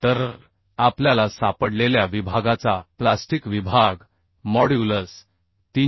तर आपल्याला सापडलेल्या विभागाचा प्लास्टिक विभाग मॉड्यूलस 371